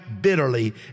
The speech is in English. bitterly